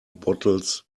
bottles